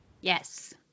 Yes